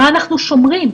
מה אנחנו שומרים,